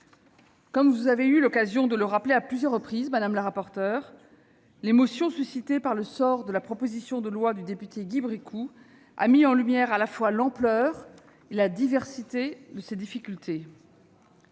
Comme vous avez eu l'occasion de le rappeler à plusieurs reprises, madame la rapporteure, l'émotion suscitée par le sort de la proposition de loi du député Guy Bricout a mis en lumière à la fois l'ampleur et la diversité de ces difficultés.